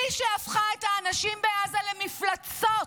מי שהפכה את האנשים בעזה למפלצות